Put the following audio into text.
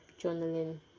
journaling